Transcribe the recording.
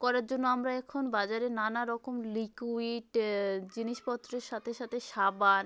করার জন্য আমরা এখন বাজারে নানা রকম লিক্যুইড জিনিসপত্রের সাথে সাথে সাবান